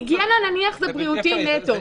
היגיינה נניח זה בריאותי נטו.